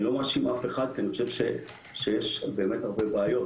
אני לא מאשים אף אחד כי אני חושב שיש באמת הרבה בעיות,